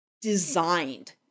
designed